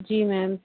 जी ma'am